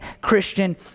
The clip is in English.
Christian